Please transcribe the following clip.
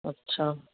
अच्छा